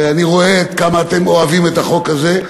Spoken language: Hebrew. אני רואה עד כמה אתם אוהבים את החוק הזה.